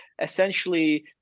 essentially